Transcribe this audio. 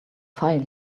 file